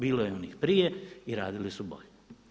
Bilo je i onih prije i radili su bolje.